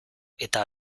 eta